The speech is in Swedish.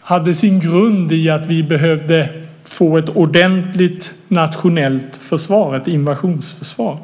hade det sin grund i att vi behövde få ett ordentligt nationellt försvar, ett invasionsförsvar.